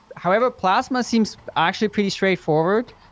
however, plasma seems actually pretty straightforward.